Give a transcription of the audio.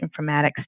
informatics